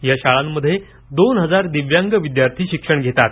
या शाळांमध्ये दोन हजार दिव्यांग विद्यार्थी शिक्षण घेतात